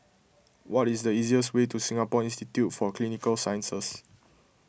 what is the easiest way to Singapore Institute for Clinical Sciences